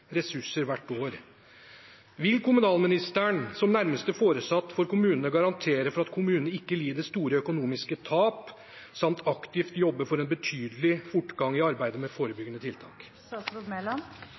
ressurser hvert år. Vil kommunalministeren, som nærmeste foresatte for kommunene, garantere for at kommunene ikke lider store økonomiske tap, samt aktivt jobbe for en betydelig fortgang i arbeidet med